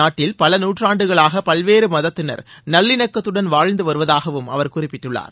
நாட்டில் பல நூற்றாண்டுகளாக பல்வேறு மதத்தினா் நல்லிணக்கத்துடன் வாழ்ந்துவருவதாகவும் அவா் குறிப்பிட்டுள்ளார்